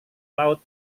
laut